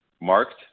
marked